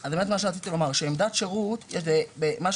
זה באמת מה שרציתי לומר שעמדת שירות זה משהו